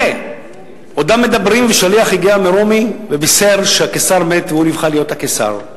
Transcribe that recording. עודם מדברים ושליח הגיע מרומי ובישר שהקיסר מת והוא נבחר להיות הקיסר.